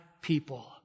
people